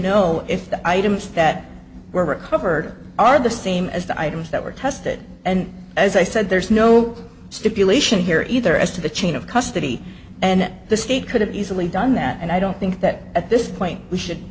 know if the items that were recovered are the same as the items that were tested and as i said there's no stipulation here either as to the chain of custody and the state could have easily done that and i don't think that at this point we should